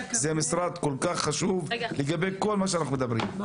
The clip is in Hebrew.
זה משרד כל כך חשוב לגבי כל מה שאנחנו אומרים,